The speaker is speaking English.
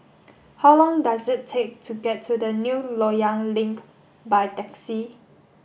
how long does it take to get to the New Loyang Link by taxi